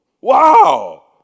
Wow